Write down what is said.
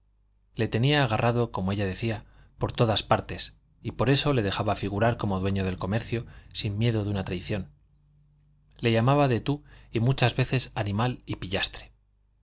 le tenía agarrado como ella decía por todas partes y por eso le dejaba figurar como dueño del comercio sin miedo de una traición le llamaba de tú y muchas veces animal y pillastre